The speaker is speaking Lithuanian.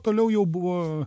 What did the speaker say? toliau jau buvo